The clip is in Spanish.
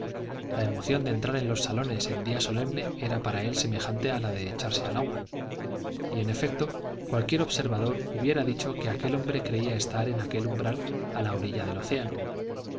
la emoción de entrar en los salones en día solemne era para él semejante a la de echarse al agua y en efecto cualquier observador hubiera dicho que aquel hombre creía estar en aquel umbral a la orilla del océano